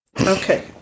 Okay